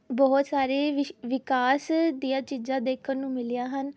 ਬਹੁਤ ਸਾਰੀ ਵਿਸ ਵਿਕਾਸ ਦੀਆਂ ਚੀਜ਼ਾਂ ਦੇਖਣ ਨੂੰ ਮਿਲੀਆਂ ਹਨ